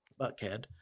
Buckhead